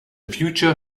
future